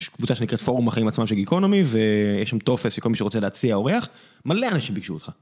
יש קבוצה שנקראת פורום החיים עצמם של גיקונומי, ויש שם טופס שכל מי שרוצה להציע אורח. מלא אנשים ביקשו אותך.